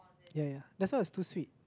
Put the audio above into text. ya ya that's why it was too sweet